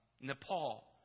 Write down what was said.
Nepal